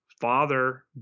father